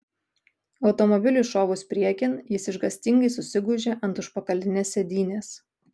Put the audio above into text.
automobiliui šovus priekin jis išgąstingai susigūžė ant užpakalinės sėdynės